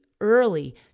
early